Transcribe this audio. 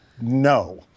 No